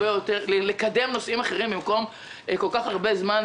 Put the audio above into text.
יכולנו לקדם נושאים אחרים במקום כל כך הרבה זמן